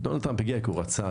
דונלד טראמפ הגיע כי הוא רצה,